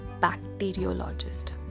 bacteriologist